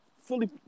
fully